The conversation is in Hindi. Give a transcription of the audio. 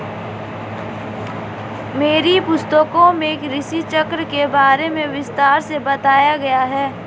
मेरी पुस्तकों में कृषि चक्र के बारे में विस्तार से बताया गया है